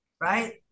right